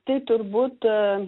tai turbūt